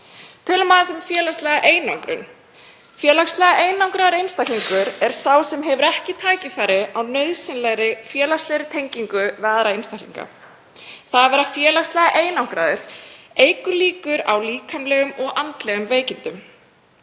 Tölum aðeins um félagslega einangrun. Félagslega einangraður einstaklingur er sá sem hefur ekki færi á nauðsynlegri félagslegri tengingu við aðra einstaklinga. Það að vera félagslega einangraður eykur líkur á líkamlegum og andlegum veikindum